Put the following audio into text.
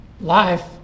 life